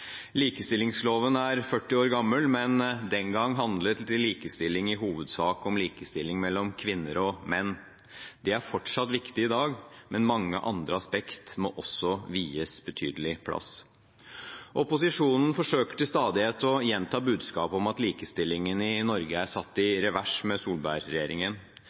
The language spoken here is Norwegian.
Likestillingsloven er 40 år gammel, men den gang handlet likestilling i hovedsak om likestilling mellom kvinner og menn. Det er fortsatt viktig i dag, men mange andre aspekter må også vies betydelig plass. Opposisjonen forsøker til stadighet å gjenta budskapet om at likestillingen i Norge er satt i revers med